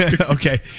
Okay